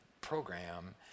program